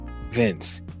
Vince